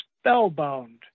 spellbound